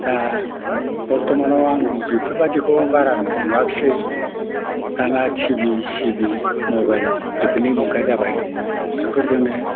दा बरत'मानाव आं बेफोरबायदिखौ बारा नुवाखिसै दाना टिभि सिभि मबाइल बेफोरनि मुगा जाबाय बेफोरजोंनो